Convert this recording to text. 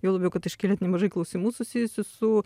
juo labiau kad iškėlėt nemažai klausimų susijusių su